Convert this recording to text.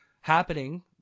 happening